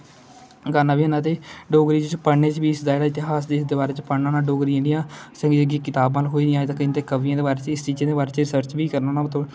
गाना बी होना ते डोगरी च पढ़ने च बी इतिहास दे बारे च पढ़ना होन्ना जेहड़ी जेहड़ी कितावां न लिखोई दियां उंदे बारे च पढ़ना इनें चीजें दे बारे च रिसर्च बी करना होन्ना